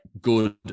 good